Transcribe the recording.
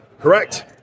Correct